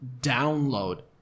download